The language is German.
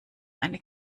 eine